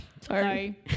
sorry